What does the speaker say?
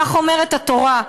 כך אומרת התורה.